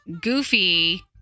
Goofy